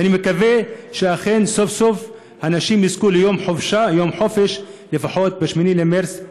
ואני מקווה שאכן נשים יוכלו לזכות ליום חופשה לפחות ב-8 במרס,